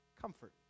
comfort